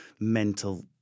mental